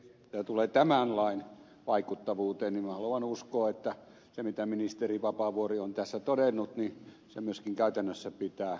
mitä tulee tämän lain vaikuttavuuteen niin minä haluan uskoa että se mitä ministeri vapaavuori on tässä todennut se myöskin käytännössä pitää paikkansa